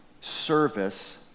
service